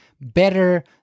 better